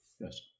Yes